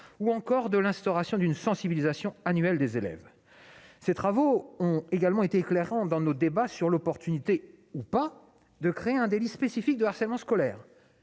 ou encore de l'instauration d'une sensibilisation annuelle des élèves. Ces travaux ont permis également d'éclairer nos débats sur l'opportunité de créer un délit spécifique de harcèlement scolaire.